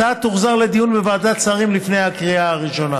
ההצעה תוחזר לדיון בוועדת שרים לפני הקריאה הראשונה.